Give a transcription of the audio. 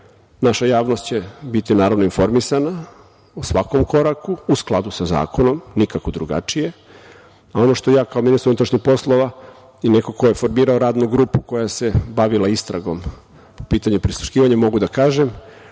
javnost će biti, naravno, informisana o svakom koraku, u skladu sa zakonom, nikako drugačije. Ono što ja kao ministar unutrašnjih poslova i neko ko je formirao radnu grupu koja se bavila istragom po pitanju prisluškivanja mogu da kažem,